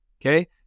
okay